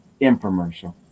infomercial